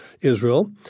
Israel